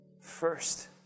first